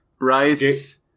Rice